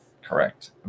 Correct